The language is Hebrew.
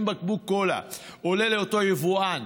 אם אותו בקבוק קולה עולה לאותו יבואן,